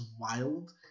wild